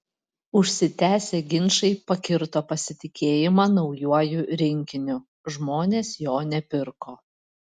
užsitęsę ginčai pakirto pasitikėjimą naujuoju rinkiniu žmonės jo nepirko